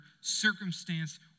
circumstance